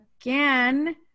again